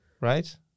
right